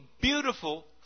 beautiful